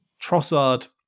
Trossard